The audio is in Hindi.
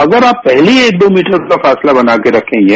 अगर आप पहले ही एक दो मिनट का फासला बनाकर रखेंगे